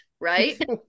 right